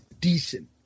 decent